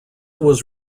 was